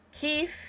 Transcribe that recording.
Keith